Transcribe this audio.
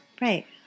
Right